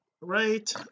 right